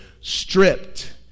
stripped